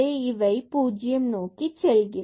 இவை பூஜ்யம் நோக்கி செல்கிறது